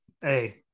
hey